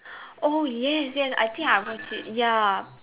oh yes yes I think I watch it ya